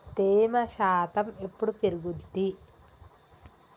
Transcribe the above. తేమ శాతం ఎప్పుడు పెరుగుద్ది?